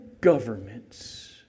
governments